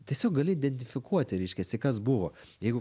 tiesiog gali identifikuoti reiškiasi kas buvo jeigu